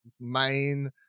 main